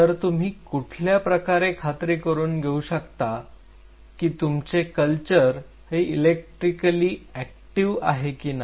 तर तुम्ही कुठल्या प्रकारे खात्री करून घेऊ शकता की तुमचे कल्चर हे एलेक्ट्रिकली ऍक्टिव्ह आहे की नाही